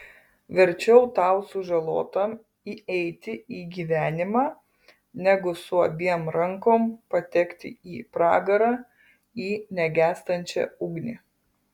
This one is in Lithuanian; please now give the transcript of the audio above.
verčiau tau sužalotam įeiti į gyvenimą negu su abiem rankom patekti į pragarą į negęstančią ugnį